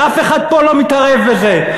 ואף אחד פה לא מתערב בזה,